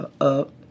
up